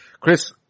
Chris